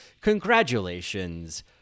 Congratulations